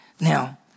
Now